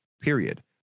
period